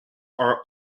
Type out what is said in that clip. are